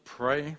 pray